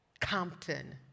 Compton